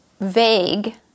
vague